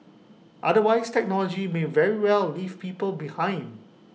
otherwise technology may very well leave people behind